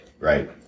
Right